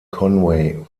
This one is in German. conway